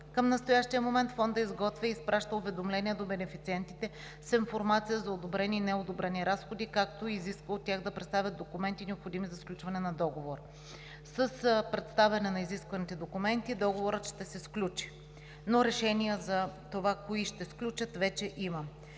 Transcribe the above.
Към настоящия момент Фондът изготвя и изпраща уведомления до бенефициентите с информация за одобрени и неодобрени разходи, както и изисква от тях да представят документи, необходими за сключване на договор. С представяне на изискваните документи договорът ще се сключи, но решение кои ще се включат вече има.